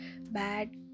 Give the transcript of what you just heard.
bad